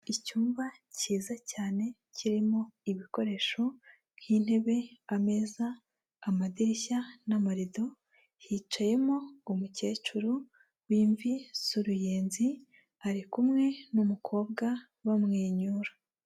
Icyumba cyiza cyane kirimo ibikoresho nk'intebe, ameza, amadirishya n'amarido, hicayemo umukecuru w'imvi z'uruyenzi, ari kumwe n'umukobwa bamwenyura.